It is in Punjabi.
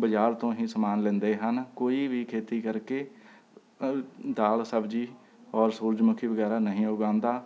ਬਜ਼ਾਰ ਤੋਂ ਹੀ ਸਮਾਨ ਲੈਂਦੇ ਹਨ ਕੋਈ ਵੀ ਖੇਤੀ ਕਰਕੇ ਦਾਲ ਸਬਜ਼ੀ ਔਰ ਸੂਰਜਮੁਖੀ ਵਗੈਰਾ ਨਹੀਂ ਉਗਾਉਂਦਾ